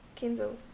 Kenzel